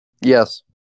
Yes